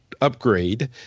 upgrade